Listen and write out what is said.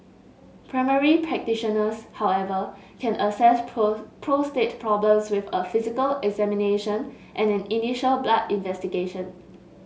primary practitioners however can assess prostate problems with a physical examination and an initial blood investigation